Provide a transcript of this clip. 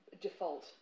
default